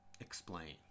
explain